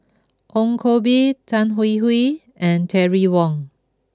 Ong Koh Bee Tan Hwee Hwee and Terry Wong